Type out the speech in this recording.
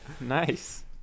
Nice